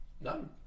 None